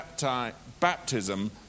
baptism